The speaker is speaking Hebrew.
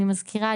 אני מזכירה,